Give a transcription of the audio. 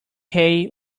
hay